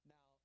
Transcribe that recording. Now